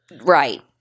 Right